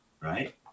Right